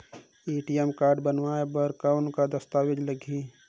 ATM बनवाय बर कौन का दस्तावेज लगही?